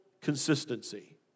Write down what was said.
consistency